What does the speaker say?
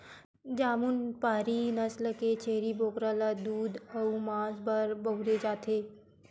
जमुनापारी नसल के छेरी बोकरा ल दूद अउ मांस बर बउरे जाथे